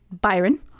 Byron